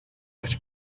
авч